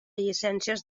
llicències